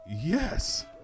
Yes